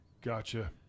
Gotcha